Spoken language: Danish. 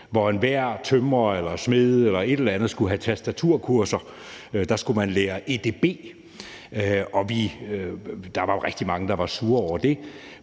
hvor enhver tømrer eller smed eller et eller andet skulle have tastaturkurser. Dengang skulle man lære edb, og der var jo rigtig mange, der var sure over det,